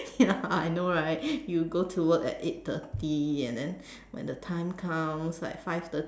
ya I know right you go to work at eight thirty and then when the time comes like five thirty